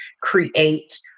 create